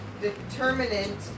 determinant